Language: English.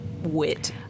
wit